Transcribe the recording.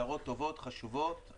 הערות טובות וחשובות,